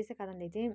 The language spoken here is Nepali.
त्यसै कारणले चाहिँ